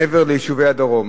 מעבר ליישובי הדרום.